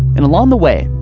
and along the way,